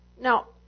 Now